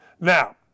Now